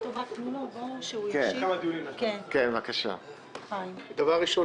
בנוסף לכך יש בתקציב הכנסת עוד כל מיני